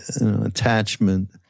attachment